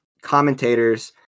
commentators